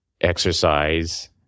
exercise